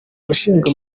ushinzwe